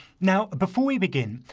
now before we begin,